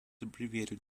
abbreviated